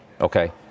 Okay